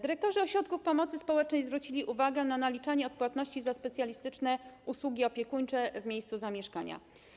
Dyrektorzy ośrodków pomocy społecznej zwrócili uwagę na naliczanie odpłatności za specjalistyczne usługi opiekuńcze w miejscu zamieszkania.